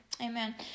amen